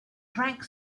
drank